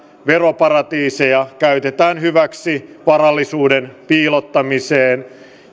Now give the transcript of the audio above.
veroparatiiseja käytetään hyväksi varallisuuden piilottamiseen